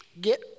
get